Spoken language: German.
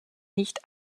nicht